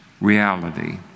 reality